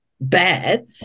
bad